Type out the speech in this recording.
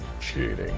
cheating